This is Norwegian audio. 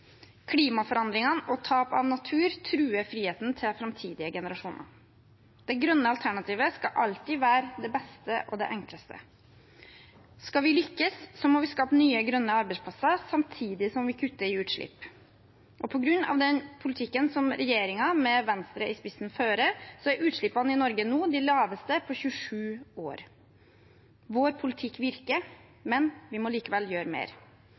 Klimaforandringene og tap av natur truer friheten til framtidige generasjoner. Det grønne alternativet skal alltid være det beste og det enkleste. Skal vi lykkes, må vi skape nye, grønne arbeidsplasser samtidig som vi kutter i utslipp. På grunn av den politikken som regjeringen med Venstre i spissen fører, er utslippene i Norge nå de laveste på 27 år. Vår politikk virker, men vi må likevel gjøre mer.